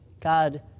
God